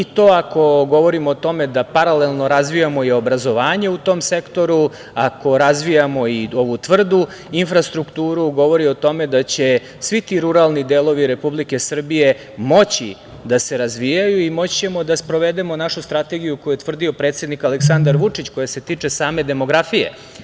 Ako govorimo o tome da paralelno razvijamo i obrazovanje u tom sektoru, ako razvijamo ovu tvrdu infrastrukturu govori o tome da će svi ti ruralni delovi Republike Srbije moći da se razvijaju i moći ćemo da sprovedemo našu strategiju, koju je utvrdio predsednik Aleksandar Vučić, koji se tiče same demografije.